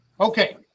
Okay